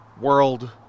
world